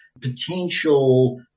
potential